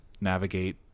navigate